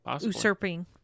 usurping